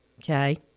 Okay